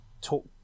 talk